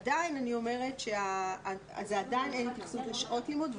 אבל עדיין אני אומרת שאין התייחסות לשעות לימוד.